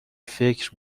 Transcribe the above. فکر